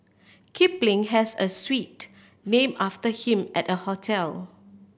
Kipling has a suite named after him at the hotel